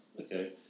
Okay